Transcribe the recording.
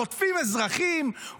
חוטפים אזרחים,